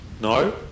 no